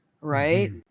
right